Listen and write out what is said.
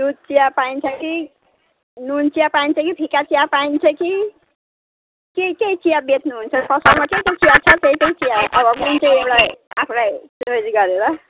दुध चिया पाइन्छ कि नुन चिया पाइन्छ कि फिका चिया पाइन्छ कि कि के चिया बेच्नुहुन्छ सस्तोमा के के चिया छ त्यही त्यही चिया अब मेन चाहिँ एउटा आफूलाई चोइज गरेर